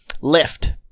Lift